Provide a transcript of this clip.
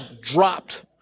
dropped